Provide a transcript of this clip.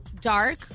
Dark